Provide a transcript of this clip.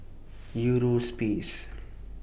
Eurospace